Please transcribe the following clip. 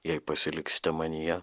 jei pasiliksite manyje